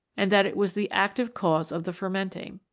and that it was the active cause of the fermenting.